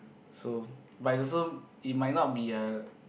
so but is also it might not be a